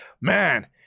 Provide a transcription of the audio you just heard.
Man